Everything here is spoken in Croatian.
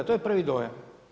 To je prvi dojam.